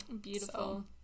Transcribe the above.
Beautiful